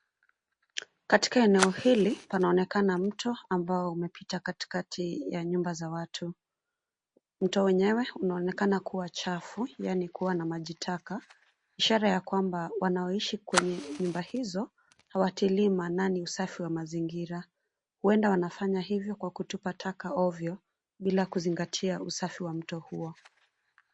Katika eneo hili, panaonekana mto, ambao umepita katikati ya nyumba za watu. Mto wenyewe, unaonekana kuwa chafu, yaani kuwa na maji taka. Ishara ya kwamba, wanaoishi kwenye nyumba hizo, hawatilii maanani usafi wa mazingira. Huenda wanafanya hivyo kwa kutupa taka ovyo, bila kuzingatia usafi wa mto huo.